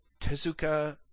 Tezuka